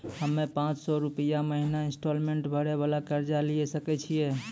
हम्मय पांच सौ रुपिया महीना इंस्टॉलमेंट भरे वाला कर्जा लिये सकय छियै?